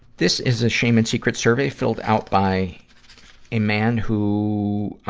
this is a shame and secret survey filled out by a man who,